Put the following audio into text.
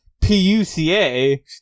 P-U-C-A